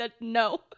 No